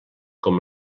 com